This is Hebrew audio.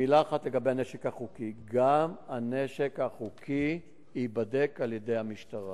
מלה אחת לגבי הנשק החוקי: גם הנשק החוקי ייבדק על-ידי המשטרה.